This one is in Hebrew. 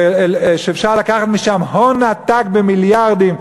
כשאפשר לקחת משם הון עתק, במיליארדים.